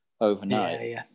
overnight